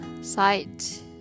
site